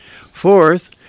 Fourth